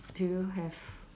do you have